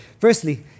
Firstly